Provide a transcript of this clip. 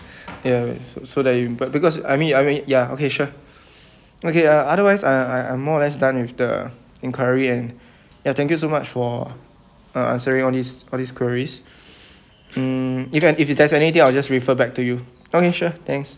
ya so so that you but because I mean I mean ya okay sure okay uh otherwise I I I'm more or less done with the inquiry and ya thank you so much for uh answering all these all these queries mm if you if you text anything I will just refer back to you okay sure thanks